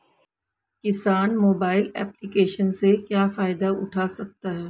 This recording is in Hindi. किसान मोबाइल एप्लिकेशन से क्या फायदा उठा सकता है?